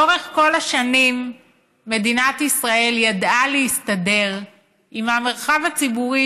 לאורך כל השנים מדינת ישראל ידעה להסתדר במרחב הציבורי,